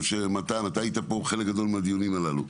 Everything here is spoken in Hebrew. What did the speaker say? מתן, אתה היית פה בחלק גדול מהדיונים הללו,